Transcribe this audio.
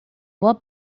boa